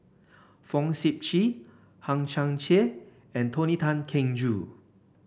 Fong Sip Chee Hang Chang Chieh and Tony Tan Keng Joo